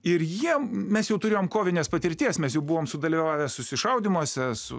ir jiem mes jau turėjom kovinės patirties mes jau buvom sudalyvavę susišaudymuose su